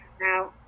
now